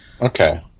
Okay